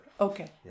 Okay